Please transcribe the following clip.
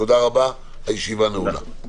תודה רבה, הישיבה נעולה.